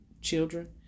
children